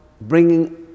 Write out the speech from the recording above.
bringing